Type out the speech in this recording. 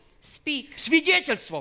Speak